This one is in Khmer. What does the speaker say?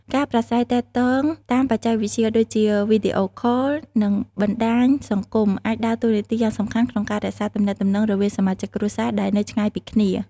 ការប្រាស្រ័យទាក់ទងតាមបច្ចេកវិទ្យា ដូចជាវីដេអូខល និងបណ្ដាញសង្គម អាចដើរតួនាទីយ៉ាងសំខាន់ក្នុងការរក្សាទំនាក់ទំនងរវាងសមាជិកគ្រួសារដែលនៅឆ្ងាយពីគ្នា។